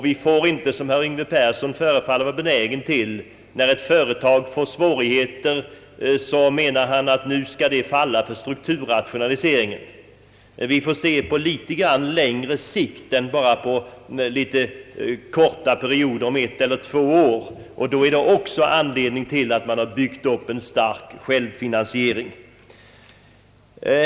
Vi får inte, som herr Yngve Persson förefaller vara benägen till, anse att ett företag skall falla för strukturrationaliseringen, när det får tillfälliga svårigheter. Vi måste se på problemen på längre sikt än korta perioder om ett å två år. Detta motiverar också att man bör bygga upp en stark självfinansiering.